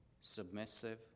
submissive